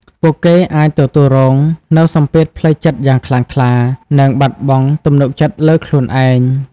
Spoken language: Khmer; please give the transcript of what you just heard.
ពួកគេអាចទទួលរងនូវសម្ពាធផ្លូវចិត្តយ៉ាងខ្លាំងក្លា និងបាត់បង់ទំនុកចិត្តលើខ្លួនឯង។